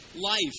life